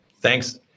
thanks